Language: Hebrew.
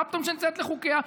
מה פתאום שנציית לחוקיה?